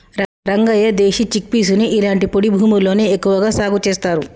రంగయ్య దేశీ చిక్పీసుని ఇలాంటి పొడి భూముల్లోనే ఎక్కువగా సాగు చేస్తారు